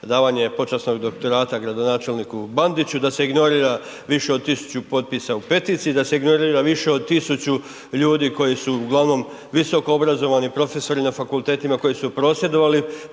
davanje počasnog doktorata gradonačelniku Bandiću, da se ignorira više od 1000 potpisa u peticiji, da se ignorira više od 1000 ljudi koji su uglavnom visokoobrazovani, profesori na fakultetima, koji su prosvjedovali